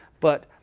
but